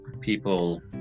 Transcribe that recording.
people